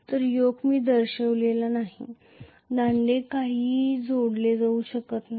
yoke मी दर्शविलेले नाही दांडे काहीही जोडले जाऊ शकत नाहीत